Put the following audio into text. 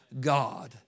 God